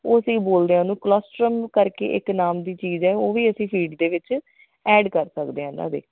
ਉਹ ਅਸੀਂ ਬੋਲਦੇ ਹਾਂ ਉਹਨੂੰ ਕਲਸਟਰਮ ਕਰਕੇ ਇੱਕ ਨਾਮ ਦੀ ਚੀਜ਼ ਹੈ ਉਹ ਵੀ ਅਸੀਂ ਫੀਡ ਦੇ ਵਿੱਚ ਐਡ ਕਰ ਸਕਦੇ ਹਾਂ ਇਹਨਾਂ ਦੇ